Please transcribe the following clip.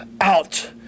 out